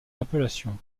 appellation